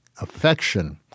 affection